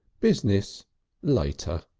business later.